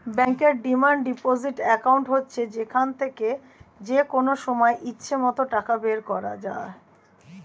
ব্যাংকের demand deposit account হচ্ছে যেখান থেকে যেকনো সময় ইচ্ছে মত টাকা বের করা যায়